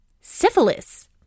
syphilis